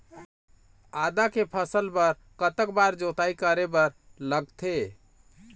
आदा के फसल बर कतक बार जोताई करे बर लगथे?